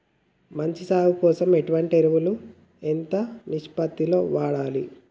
మంచి సాగు కోసం ఎటువంటి ఎరువులు ఎంత నిష్పత్తి లో వాడాలి?